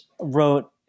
wrote